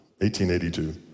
1882